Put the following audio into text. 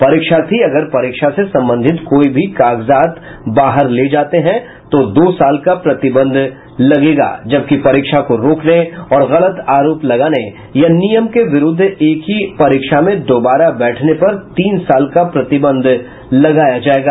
परीक्षार्थी अगर परीक्षा से संबंधित कोई भी कागजात बाहर ले जाते हैं तो दो साल का प्रतिबंध होगा जबकि परीक्षा को रोकने और गलत आरोप लगाने या नियम के विरूद्ध एक ही परीक्षा में दोबारा बैठने पर तीन साल का प्रतिबंध लगाया जायेगा